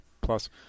plus